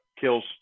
kills